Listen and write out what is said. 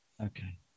okay